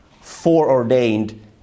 foreordained